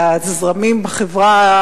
כשהזרמים בחברה,